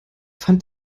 fand